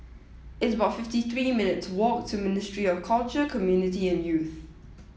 it's about fifty three minutes' walk to Ministry of Culture Community and Youth